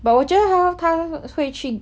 but 我觉得他他会去